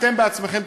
אתם בעצמכם,